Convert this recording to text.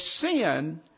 sin